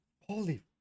holy